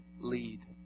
lead